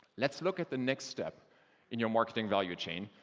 let's look at the next step in your marketing value chain,